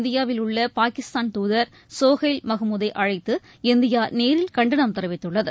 இந்தியாவில் உள்ள பாகிஸ்தான் தூதர் சொஹைல் மஹ்மூதை அழைத்து இந்தியா நேரில் கண்டனம் தெரிவித்துள்ளது